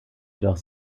jedoch